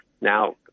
now